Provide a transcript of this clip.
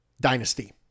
dynasty